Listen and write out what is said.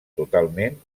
totalment